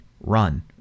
run